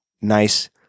nice